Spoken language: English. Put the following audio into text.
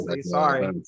sorry